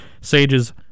Sages